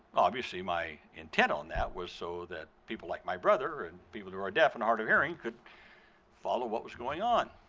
obviously my intent on that was so that people like my brother and people who deaf and hard of hearing could follow what was going on.